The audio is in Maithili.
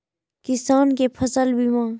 किसान कै फसल बीमा?